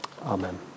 Amen